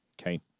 Okay